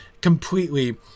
completely